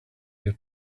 your